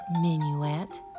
minuet